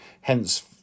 hence